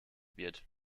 wird